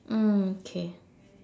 mm K